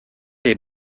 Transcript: les